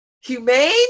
humane